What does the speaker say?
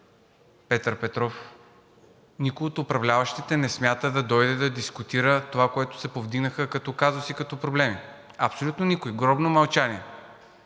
Петър Петров, никой от управляващите не смята да дойде и да дискутира това, което се повдигна като казус и като проблеми. Абсолютно никой! Гробно мълчание!